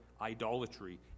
idolatry